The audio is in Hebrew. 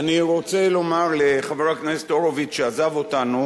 אני רוצה לומר לחבר הכנסת הורוביץ, שעזב אותנו